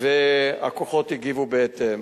הכוחות הגיבו בהתאם.